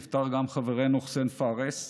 נפטר גם חברנו חסיין פארס,